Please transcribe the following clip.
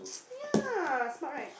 yeah smart right